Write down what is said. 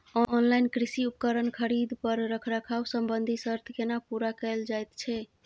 Online कृषि उपकरण खरीद पर रखरखाव संबंधी सर्त केना पूरा कैल जायत छै?